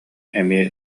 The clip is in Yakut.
эмиэ